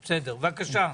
בבקשה.